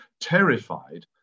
terrified